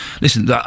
Listen